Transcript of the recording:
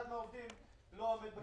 אף אחד מהעובדים לא עומד בקריטריון הזה.